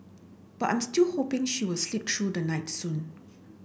but I'm still hoping she was sleep through the night soon